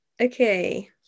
Okay